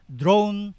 drone